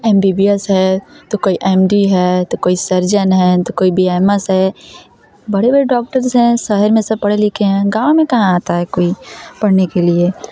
M B B S है तो कोई एम डी है तो कोई सर्जन है तो कोई बी एम एस है बड़े बड़े डॉक्टर्स हैं शहर में सब पढ़े लिखे हैं गाँव में कहाँ आता है कोई पढ़ने के लिए